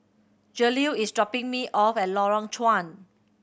Jaleel is dropping me off at Lorong Chuan